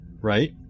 right